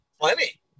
Plenty